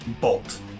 bolt